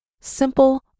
Simple